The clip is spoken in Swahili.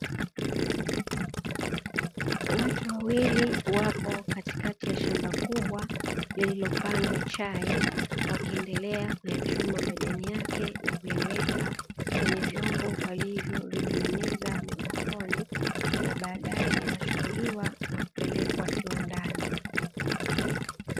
Watu wawili wapo katikati ya shamba kubwa lililopandwa chai, wakiendelea kuyachuma majani yake na kuyaweka kwenye vyombo walivyo vining'iniza migongoni, na baadae yanachukuliwa na kupelekwa kiwandani.